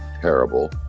terrible